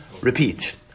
repeat